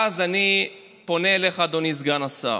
אז אני פונה אליך, אדוני סגן השר: